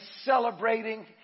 celebrating